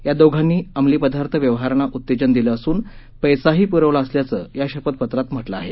या दोघांनी अंमली पदार्थ व्यवहारांना उत्तेजन दिलं असून पैसाही पूरवला असल्याचं या शपथपत्रात म्हटलं आहे